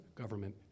government